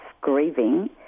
grieving